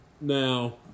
Now